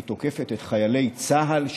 תוקפת את חיילי צה"ל,